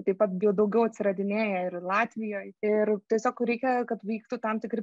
taip pat beja daugiau atradinėja ir latvijoj ir tiesiog reikia kad vyktų tam tikri